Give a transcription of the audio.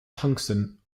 tungsten